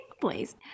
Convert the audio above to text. please